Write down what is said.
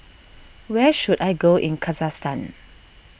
where should I go in Kazakhstan